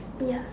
ya